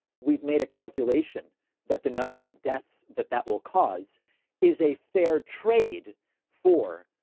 we've made a calculation that the number of deaths that that will cause is a fair trade for